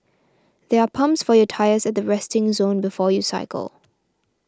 there are pumps for your tyres at the resting zone before you cycle